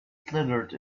glittered